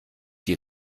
die